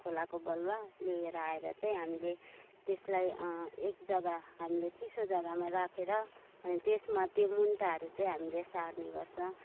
खोलाको बलुवा लिएर आएर चाहिँ हामीले त्यसलाई एक जग्गा हामीले चिसो जग्गामा राखेर अनि त्यसमा त्यो मुन्टाहरू चाहिँ हामीले सार्नेगर्छौँ